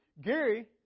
Gary